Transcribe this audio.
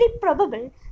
probable